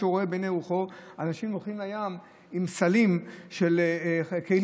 מישהו רואה בעיני רוחו אנשים הולכים לים עם סלים של כלים,